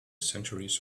centuries